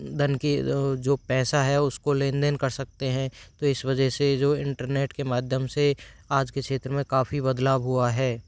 धन की जो पैसा है उसको लेन देन कर सकते हैं तो इस वजह से जो इंटरनेट के माध्यम से आज के क्षेत्र में काफ़ी बदलाव हुआ है